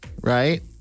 right